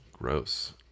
Gross